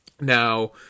now